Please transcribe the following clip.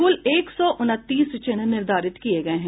कुल एक सौ उनतीस चिन्ह निर्धारित किये गये हैं